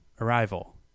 Arrival